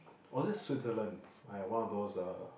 or was it Switzerland !aiya! one of those ah